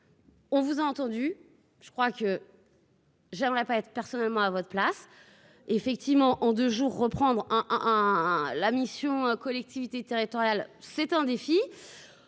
On vous a entendu je crois que. J'aimerais pas être personnellement à votre place effectivement en 2 jours, reprendre un hein la mission collectivités territoriales. C'est un défi,